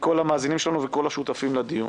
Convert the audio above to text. מכל המאזינים שלנו ומכל השותפים לדיון.